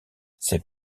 ses